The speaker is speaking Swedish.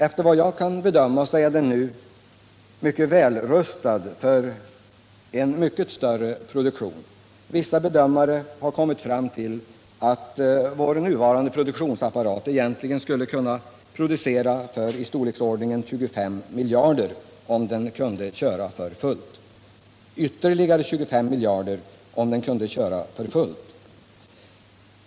Efter vad jag kan bedöma är den nu väl rustad för mycket större produktion. Vissa bedömare har kommit fram till att vår nuvarande produktionsapparat egentligen skulle kunna producera för ytterligare 25 miljarder, om den kunde köra för fullt.